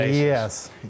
Yes